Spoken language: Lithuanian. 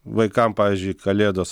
vaikam pavyzdžiui kalėdos